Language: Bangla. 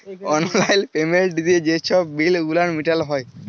অললাইল পেমেল্ট দিঁয়ে যে ছব বিল গুলান মিটাল হ্যয়